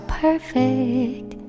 perfect